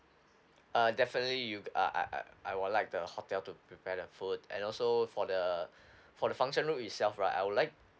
uh definitely you I I I I would like the hotel to prepare the food and also for the for the function room itself right I would like